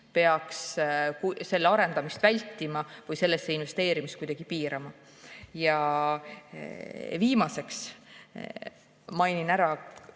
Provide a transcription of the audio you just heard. peaks selle arendamist vältima või sellesse investeerimist kuidagi piirama. Viimaseks mainin ära